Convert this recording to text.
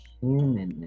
humanness